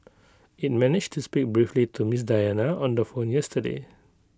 IT managed to speak briefly to Ms Diana on the phone yesterday